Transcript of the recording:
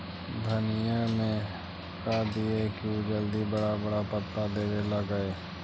धनिया में का दियै कि उ जल्दी बड़ा बड़ा पता देवे लगै?